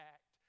Act